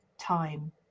time